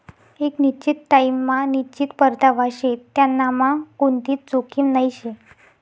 एक निश्चित टाइम मा निश्चित परतावा शे त्यांनामा कोणतीच जोखीम नही शे